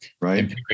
Right